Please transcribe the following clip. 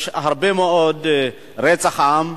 יש הרבה מאוד מקרים של רצח עם,